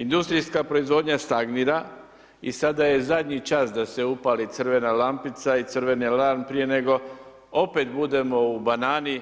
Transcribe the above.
Industrijska proizvodnja stagnira i sada je zadnji čas da se upali crvena lampica i crveni alarm prije nego opet budemo u banani